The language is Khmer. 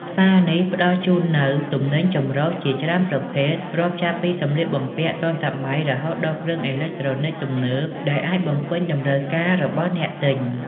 ផ្សារនេះផ្តល់ជូននូវទំនិញចម្រុះជាច្រើនប្រភេទ រាប់ចាប់ពីសម្លៀកបំពាក់ទាន់សម័យ រហូតដល់គ្រឿងអេឡិចត្រូនិកទំនើប ដែលអាចបំពេញតម្រូវការរបស់អ្នកទិញ។